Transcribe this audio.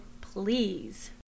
please